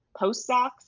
postdocs